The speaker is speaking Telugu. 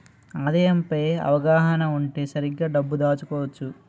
ఆదాయం పై అవగాహన ఉంటే సరిగ్గా డబ్బు దాచుకోవచ్చు